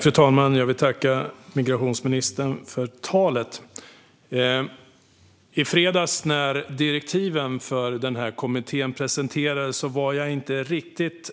Fru talman! Jag vill tacka migrationsministern för anförandet. När direktiven för kommittén presenterades i fredags var jag inte riktigt